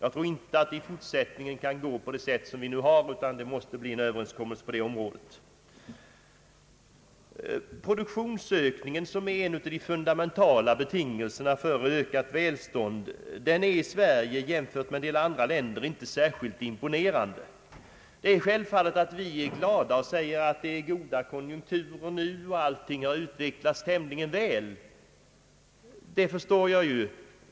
Jag tror inte att vi kan låta det fortsätta som hittills, utan vi måste få en sådan överenskommelse. Produktionsökningen, som är en av de fundamentala betingelserna för ökat välstånd, är i Sverige jämfört med andra länder inte särskilt imponerande. Självfallet är vi glada över att det är goda konjunkturer nu och att allting har utvecklats tämligen väl.